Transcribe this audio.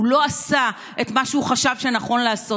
הוא לא עשה את מה שהוא חשב שנכון לעשות.